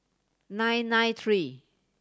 nine nine three